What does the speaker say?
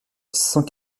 cent